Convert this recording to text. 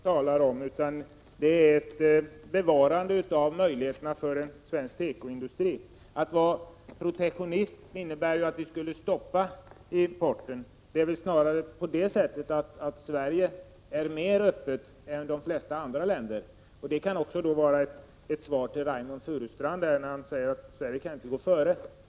Herr talman! Till Hadar Cars vill jag säga att jag inte talar för protektionism utan om möjligheterna att bevara en svensk tekoindustri. Att vara protektionist innebär ju att man vill stoppa importen. Det är väl snarare på det sättet att Sverige är mer öppet än de flesta andra länder. Detta kan också vara ett svar till Reynoldh Furustrand när han säger att Sverige inte kan gå före.